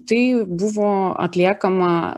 tai buvo atliekama